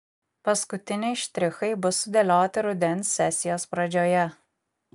paskutiniai štrichai bus sudėlioti rudens sesijos pradžioje